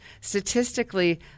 Statistically